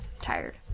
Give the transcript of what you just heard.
tired